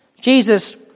Jesus